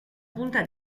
punta